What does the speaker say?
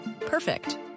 Perfect